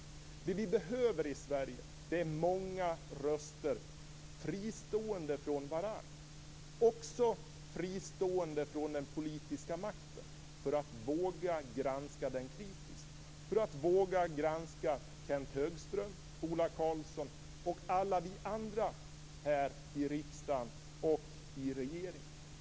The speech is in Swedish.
Det vi behöver i Sverige är många röster, fristående från varandra och från den politiska makten - detta för att våga granska den kritiskt, för att våga granska Kenth Högström, Ola Karlsson och alla andra i riksdagen och i regeringen.